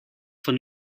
von